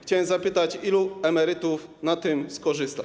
Chciałbym zapytać, ilu emerytów na tym skorzysta.